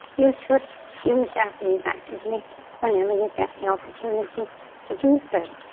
you should use japanese actively whenever you get the opportunity to do so.